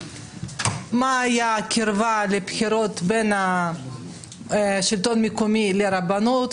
מה הייתה הקרבה לבחירות בין השלטון המקומי לרבנות,